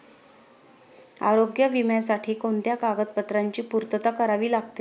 आरोग्य विम्यासाठी कोणत्या कागदपत्रांची पूर्तता करावी लागते?